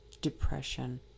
depression